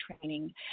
training